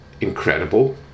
incredible